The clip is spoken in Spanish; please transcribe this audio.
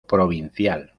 provincial